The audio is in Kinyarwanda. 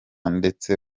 ndetse